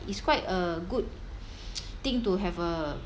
it's quite a good thing to have a